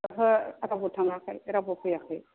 रावबो थाङाखै रावबो फैयाखै